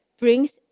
brings